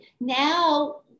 Now